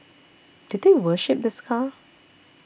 did they worship this car